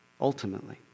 ultimately